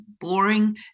boring